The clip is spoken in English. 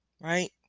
right